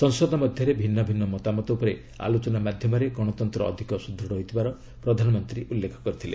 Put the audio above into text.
ସଂସଦ ମଧ୍ୟରେ ଭିନ୍ନ ଭିନ୍ନ ମତାମତ ଉପରେ ଆଲୋଚନା ମାଧ୍ୟମରେ ଗଣତନ୍ତ୍ର ଅଧିକ ସୁଦୃଢ଼ ହୋଇଥିବାର ପ୍ରଧାନମନ୍ତ୍ରୀ ଉଲ୍ଲେଖ କରିଥିଲେ